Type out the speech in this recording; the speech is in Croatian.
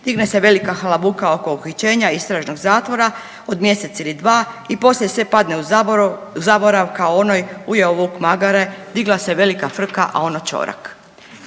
digne se velika halabuka oko uhićenja, istražnog zatvora od mjesec ili dva i poslije sve padne u zaborav kao onoj „ujeo vuk magare, digla se velika frka a ono ćorak“.